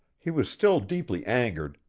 he was still deeply angered,